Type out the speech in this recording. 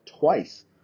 twice